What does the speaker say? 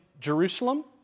Jerusalem